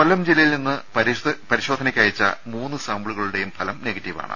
കൊല്ലം ജില്ലയിൽനിന്നും പരിശോധനക്കയച്ച മൂന്നു സാമ്പിളുകളുടെയും ഫലം നെഗറ്റീവാണ്